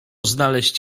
znaleźć